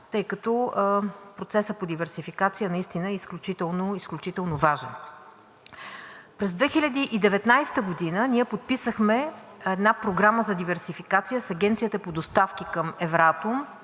тъй като процесът по диверсификация е изключително, изключително важен. През 2019 г. ние подписахме една програма за диверсификация с Агенцията по доставки към Евратом.